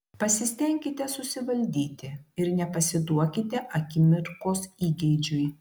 pasistenkite susivaldyti ir nepasiduokite akimirkos įgeidžiui